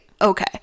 Okay